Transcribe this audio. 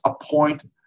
appoint